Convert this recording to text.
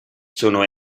sono